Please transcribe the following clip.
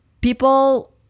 people